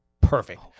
perfect